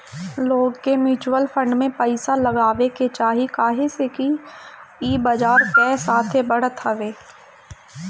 लोग के mutual fund में पइसा लगावे के चाही काहे से कि ई बजार कअ साथे बढ़त हवे